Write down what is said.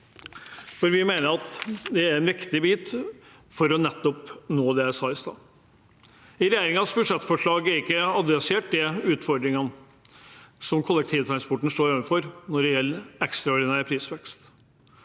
for vi mener det er viktig for å nå de målene jeg nevnte i stad. I regjeringens budsjettforslag har man ikke adressert de utfordringene som kollektivtrafikken står overfor når det gjelder ekstraordinær prisvekst.